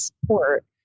support